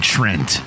Trent